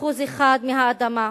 מ-1% מהאדמה,